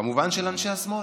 כמובן, של אנשי השמאל.